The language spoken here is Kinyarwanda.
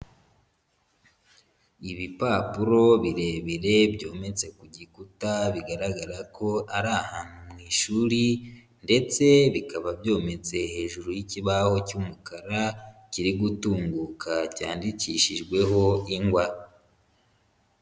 Ibipapuro birebire byometse ku gikuta bigaragara ko ari ahantu mu ishuri ndetse bikaba byometse hejuru y'ikibaho cy'umukara kiri gutunguka cyandikishijweho ingwa.